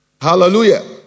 Hallelujah